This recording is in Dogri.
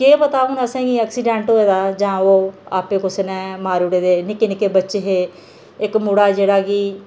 केह् पता हून असेंगी कि ऐक्सीडेट होऐ दा जां ओह् आपे कुसै ने मारी ओड़े दे हे निक्के निक्के बच्चे हे इक मुड़ा जेह्ड़ा कि